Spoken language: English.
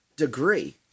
Degree